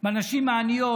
בנשים העניות,